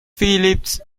philips